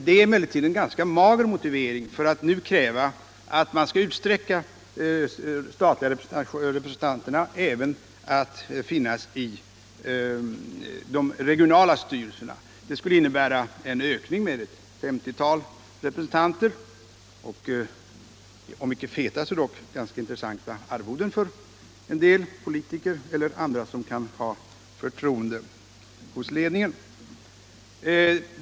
Det är emellertid en ganska mager motivering för att nu kräva att den statliga representationen skall utvidgas även till de regionala bankstyrelserna. Det skulle innebära en ökning med ett femtiotal representanter med om inte feta så dock intressanta arvoden för en del politiker eller andra som kan ha förtroende hos ledningen.